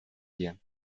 dir